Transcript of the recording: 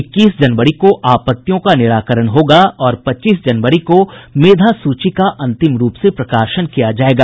इक्कीस जनवरी को आपत्तियों का निराकरण होगा और पच्चीस जनवरी को मेधासूची का अंतिम रूप से प्रकाशन किया जायेगा